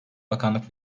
bakanlık